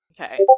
Okay